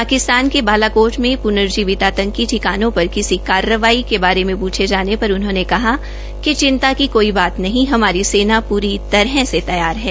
पाकिस्तान के बालाकेट में पूर्नजीवित आंतकी ठिकाने पर किसी कार्रवाई के बारे में पूछे जाने पर उन्होंने कहा कि चिंता की कोई बात नहीं हमारी सेना पूरी तरह तैयार है